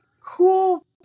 cool